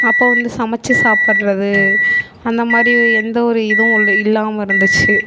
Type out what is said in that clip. அப்போது வந்து சமைச்சி சாப்பிட்றது அந்த மாதிரி எந்த ஒரு இதுவும் இல் இல்லாமல் இருந்துச்சு